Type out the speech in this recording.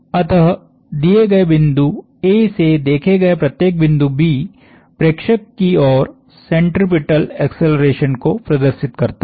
अतः दिए गए बिंदु A से देखे गए प्रत्येक बिंदु B प्रेक्षक की ओर सेंट्रिपेटल एक्सेलरेशन को प्रदर्शित करता है